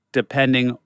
depending